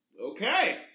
Okay